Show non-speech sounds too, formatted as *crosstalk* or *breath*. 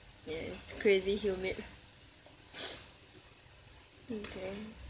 yeah it's crazy humid *breath* okay